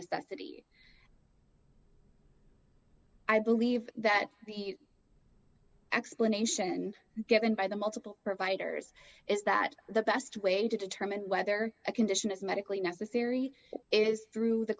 necessity i believe that the explanation given by the multiple providers is that the best way to determine whether a condition is medically necessary is through the